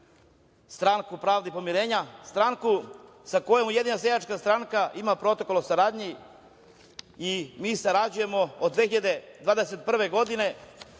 stranku Pravde i poverenja, stranku sa kojom Ujedinjena seljačka stranka ima protokol o saradnji. Sarađujemo od 2021. godine